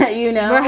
ah you know,